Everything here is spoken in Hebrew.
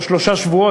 או שלושה שבועות,